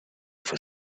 for